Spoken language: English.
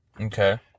Okay